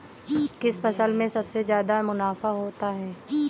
किस फसल में सबसे जादा मुनाफा होता है?